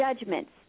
judgments